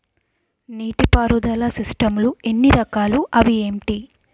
నీటిపారుదల సిస్టమ్ లు ఎన్ని రకాలు? అవి ఏంటి?